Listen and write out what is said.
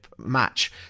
match